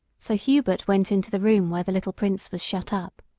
so hubert went into the room where the little prince was shut up.